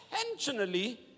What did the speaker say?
intentionally